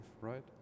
right